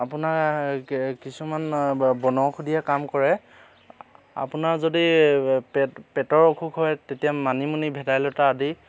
আপোনাৰ কে কিছুমান ব বনৌষধিয়ে কাম কৰে আপোনাৰ যদি পেট পেটৰ অসুখ হয় তেতিয়া মানিমুনি ভেদাইলতা আদি